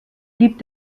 blieb